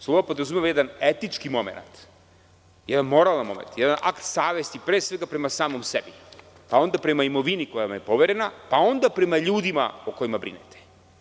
Sloboda podrazumeva jedan etički momenat, jedan moralna momenat, jedan akt savesti pre svega prema samom sebi, pa onda prema imovini koja vam je poverena, pa onda prema ljudima o kojima brinete.